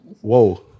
Whoa